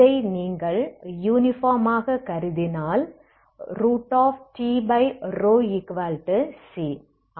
இதை நீங்கள் யுனிபார்ம் ஆக கருதினால் Tc